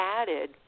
added